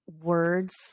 words